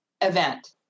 event